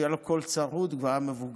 היה לו קול צרוד והוא היה מבוגר,